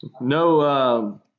No